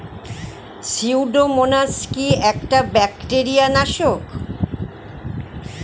Pseudomonas কি একটা bacteria নাশক?